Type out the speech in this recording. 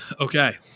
Okay